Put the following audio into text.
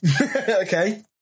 okay